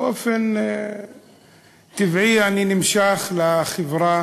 באופן טבעי אני נמשך לחברה